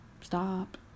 stop